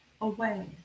away